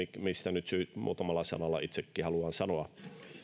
mistä nyt muutamalla sanalla itsekin haluan sanoa